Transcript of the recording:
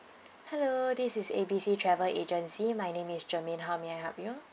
hello this is A B C travel agency my name is germaine how may I help you